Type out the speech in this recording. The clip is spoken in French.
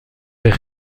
est